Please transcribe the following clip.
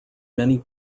many